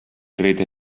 rete